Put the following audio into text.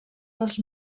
dels